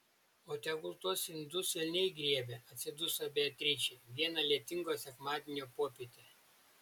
o tegul tuos indus velniai griebia atsiduso beatričė vieną lietingo sekmadienio popietę